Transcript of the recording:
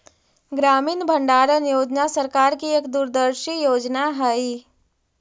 ग्रामीण भंडारण योजना सरकार की एक दूरदर्शी योजना हई